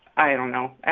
i don't know.